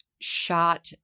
shot